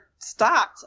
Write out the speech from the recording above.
stopped